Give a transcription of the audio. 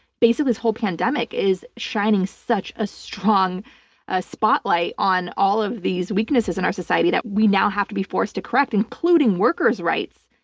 basically, this whole pandemic is shining such a strong ah spotlight on all of these weaknesses in our society that we now have to be forced to correct including workers' rights,